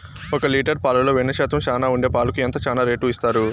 ఒక లీటర్ పాలలో వెన్న శాతం చానా ఉండే పాలకు ఎంత చానా రేటు ఇస్తారు?